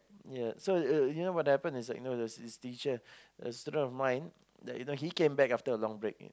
ya so the you know what happen is like you know there's a teacher a student of mine that you know he came back after a long break